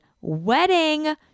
wedding